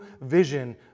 vision